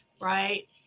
Right